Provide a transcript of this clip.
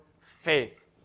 faith